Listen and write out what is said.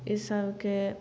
ई सभके